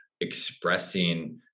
expressing